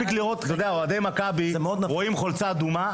כשאוהדי מכבי רואים חולצה אדומה,